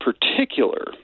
particular –